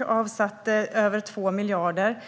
Man avsatte över 2 miljarder